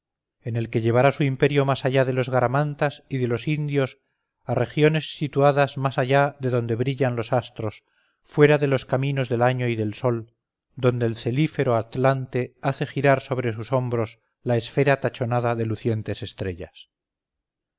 en el que llevará su imperio más allá de los garamantas y de los indios a regiones situadas más allá de donde brillan los astros fuera de los caminos del año y del sol donde el celífero atlante hace girar sobre sus hombros la esfera tachonada de lucientes estrellas